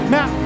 Now